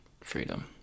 freedom